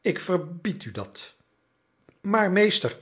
ik verbied u dat maar meester